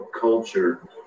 culture